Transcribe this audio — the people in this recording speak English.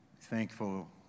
Thankful